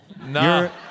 No